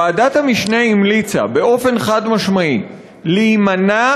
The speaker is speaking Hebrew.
ועדת המשנה המליצה באופן חד-משמעי להימנע